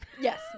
Yes